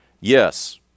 yes